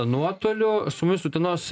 nuotoliu su mumis utenos